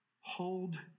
Hold